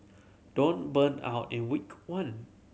don't burn out in week one